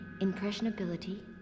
impressionability